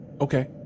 okay